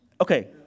Okay